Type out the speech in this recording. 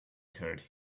curd